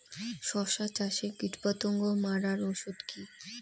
শসা চাষে কীটপতঙ্গ মারার ওষুধ কি?